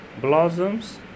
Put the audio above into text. blossoms